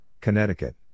Connecticut